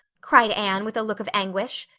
cried anne with a look of anguish.